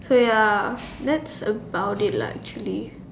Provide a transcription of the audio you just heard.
so ya that's about it lah actually